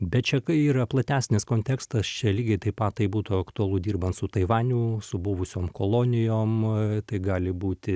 bet čia yra platesnis kontekstas čia lygiai taip pat būtų aktualu dirbant su taivaniu su buvusiom kolonijom tai gali būti